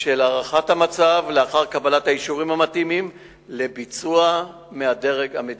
של הערכת המצב לאחר קבלת האישורים המתאימים לביצוע מהדרג המדיני.